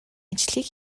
ажлыг